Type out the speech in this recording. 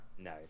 No